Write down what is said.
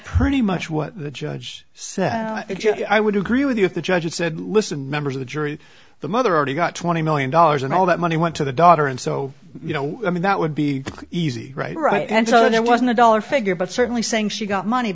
pretty much what the judge said i would agree with you if the judge said listen members of the jury the mother already got twenty million dollars and all that money went to the daughter and so you know i mean that would be easy right right and so it wasn't a dollar figure but certainly saying she got money